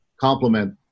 complement